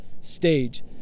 stage